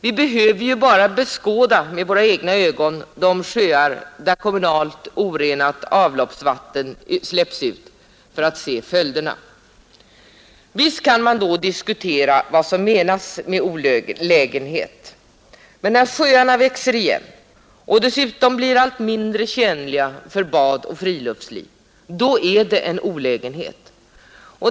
Vi behöver bara med våra egna ögon beskåda de sjöar där kommunalt orenat avloppsvatten släpps ut för att se följderna. Visst kan man diskutera vad som menas med olägenhet. Men när sjöarna växer igen och dessutom blir allt mindre tjänliga för bad och friluftsliv — då är det en olägenhet.